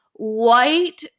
white